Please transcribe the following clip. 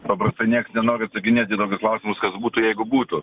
paprastai nieks nenori atsakinėt į tokius klausimus kas būtų jeigu būtų